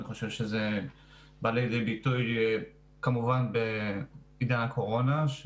אני חושב שזה בא לידי ביטוי כמובן בעידן הקורונה,